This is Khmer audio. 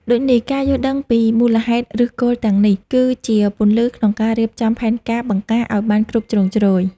ដូចនេះ ការយល់ដឹងពីមូលហេតុឫសគល់ទាំងនេះ គឺជាពន្លឺក្នុងការរៀបចំផែនការបង្ការឱ្យបានគ្រប់ជ្រុងជ្រោយ។